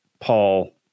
Paul